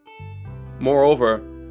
Moreover